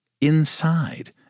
inside